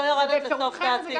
לא ירדת לסוף דעתי.